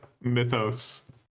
mythos